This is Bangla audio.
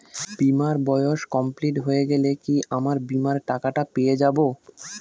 বীমার বয়স কমপ্লিট হয়ে গেলে কি আমার বীমার টাকা টা পেয়ে যাবো?